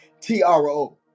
T-R-O